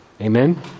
amen